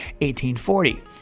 1840